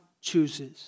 chooses